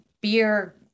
beer